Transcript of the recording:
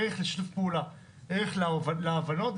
לשיתוף פעולה, ערך להבנות.